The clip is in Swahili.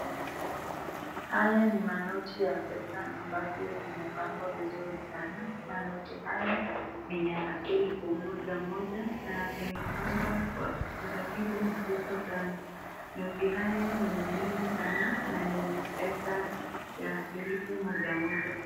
Haya ni manoti ya pesa ambavyo vimepangwa viziri sana. manoti haya ni ya elfu moja moja na vimepangwa kwa utaratibu mkubwa sana. Noti haya ni mingi sana na ni ya pesa elfu moja moja.